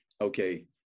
Okay